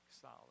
solid